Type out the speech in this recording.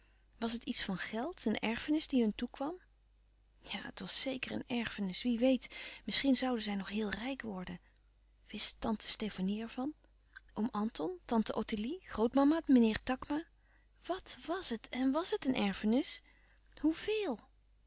was het iets van geld een erfenis die hun toekwam ja het was zeker een erfenis wie weet misschien zouden zij nog heel rijk worden wist tante stefanie ervan oom anton tante ottilie grootmama meneer takma wàt was het en was het een erfenis heveel